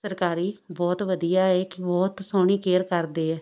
ਸਰਕਾਰੀ ਬਹੁਤ ਵਧੀਆ ਹੈ ਕਿ ਬਹੁਤ ਸੋਹਣੀ ਕੇਅਰ ਕਰਦੇ ਹੈ